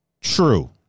True